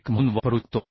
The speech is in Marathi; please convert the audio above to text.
21 म्हणून वापरू शकतो